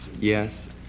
yes